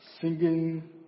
singing